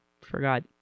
Forgot